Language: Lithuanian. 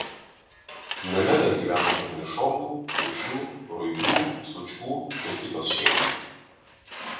name dar gyveno karnišovų juršių ruibių slučkų ir kitos šeimos